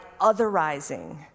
otherizing